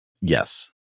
Yes